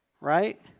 Right